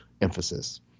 emphasis